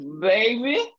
baby